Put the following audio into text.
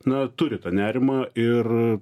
na turi tą nerimą ir